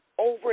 over